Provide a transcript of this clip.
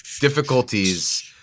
difficulties